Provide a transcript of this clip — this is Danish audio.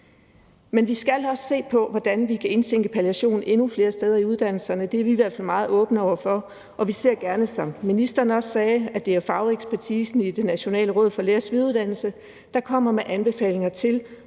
Men vi skal også se på, hvordan vi kan indtænke palliation endnu flere steder i uddannelserne. Det er vi i hvert fald meget åbne over for, og vi ser gerne, som ministeren også sagde, at det er fagekspertisen i Det Nationale Råd for Lægers Videreuddannelse, der kommer med anbefalinger til,